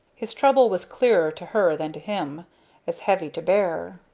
his trouble was clearer to her than to him as heavy to bear.